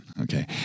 Okay